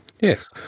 Yes